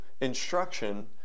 instruction